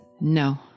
No